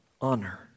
honor